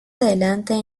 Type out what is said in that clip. adelante